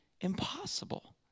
impossible